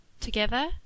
together